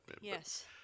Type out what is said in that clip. Yes